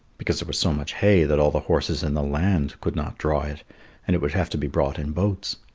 because there was so much hay that all the horses in the land could not draw it and it would have to be brought in boats.